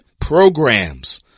programs